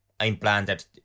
implanted